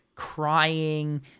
crying